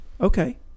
okay